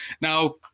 Now